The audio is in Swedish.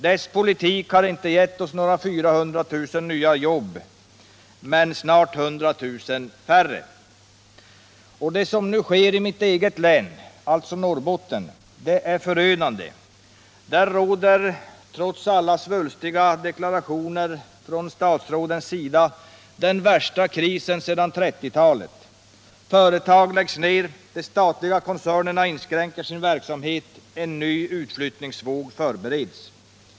Dess politik har inte givit oss några 400 000 nya jobb utan snart 100 000 färre. Det som nu sker i mitt eget län, alltså i Norrbotten, är förödande. Där råder — trots alla svulstiga deklarationer från statsrådens sida — den värsta krisen sedan 1930-talet. Företag läggs ner, de statliga koncernerna inskränker sin verksamhet och en ny utflyttningsvåg förbereds.